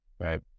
right